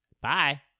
Bye